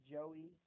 Joey